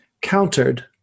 countered